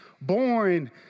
born